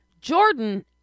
Jordan